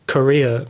Korea